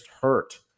hurt